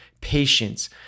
patience